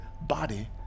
body